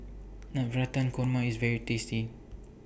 Navratan Korma IS very tasty